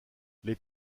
les